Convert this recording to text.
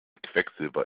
quecksilber